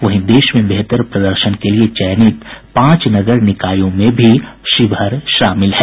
वहीं देश में बेहतर प्रदर्शन के लिये चयनित पांच नगर निकायों में भी शिवहर शामिल है